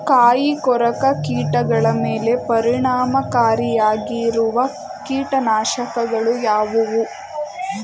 ಕಾಯಿಕೊರಕ ಕೀಟಗಳ ಮೇಲೆ ಪರಿಣಾಮಕಾರಿಯಾಗಿರುವ ಕೀಟನಾಶಗಳು ಯಾವುವು?